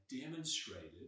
demonstrated